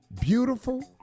Beautiful